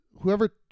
whoever